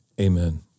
Amen